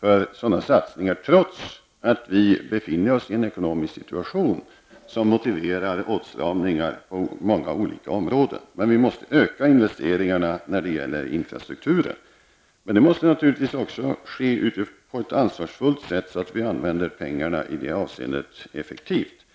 för sådana satsningar, trots att vi befinner oss i en ekonomisk situation som motiverar åtstramningar på många olika områden. Vi måste öka investeringarna när det gäller infrastrukturen, men det måste naturligtvis ske på ett ansvarsfullt sätt, så att vi använder pengarna effektivt.